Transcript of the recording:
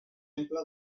exemple